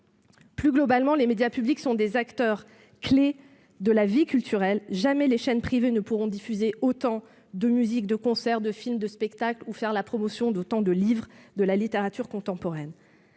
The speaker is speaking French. Plus globalement, les médias publics sont des acteurs clés de la vie culturelle. Jamais les chaînes privées ne pourront diffuser autant de musique, de concerts, de films de spectacles ou faire la promotion d'autant de livres et d'ouvrages de littérature contemporaine.